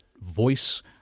voice